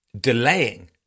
delaying